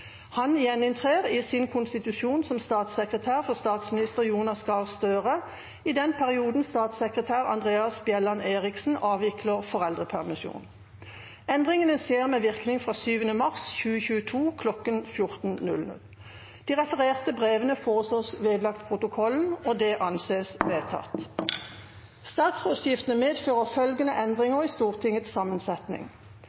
Han gjeninntrer i sin konstitusjon som statssekretær for statsminister Jonas Gahr Støre i den perioden statssekretær Andreas Bjelland Eriksen avvikler foreldrepermisjon. Endringene skjer med virkning fra 7. mars 2022 kl. 14.00.» De refererte brevene foreslås vedlagt protokollen. – Det anses vedtatt. Statsrådsskiftene medfører følgende